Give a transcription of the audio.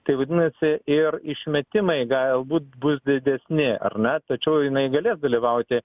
tai vadinasi ir išmetimai galbūt bus didesni ar ne tačiau jinai galės dalyvauti